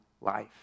life